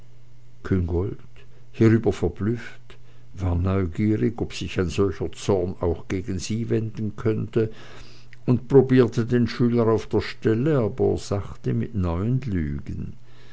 küngolt hierüber verblüfft war neugierig ob sich ein solcher zorn auch gegen sie wenden könnte und probierte den schüler auf der stelle aber sachte mit neuen lügen